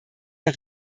der